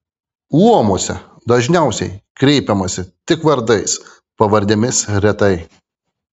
luomuose dažniausiai kreipiamasi tik vardais pavardėmis retai